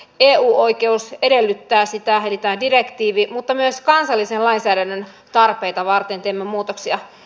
eu oikeus edellyttää sitä eli tämä direktiivi mutta myös kansallisen lainsäädännön tarpeita varten teemme muutoksia